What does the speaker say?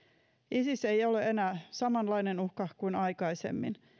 isis ei ole enää samanlainen uhka kuin aikaisemmin